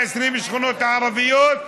20 השכונות הערביות,